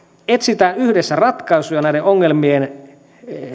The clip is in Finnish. etsitään yhdessä ratkaisuja näiden ongelmien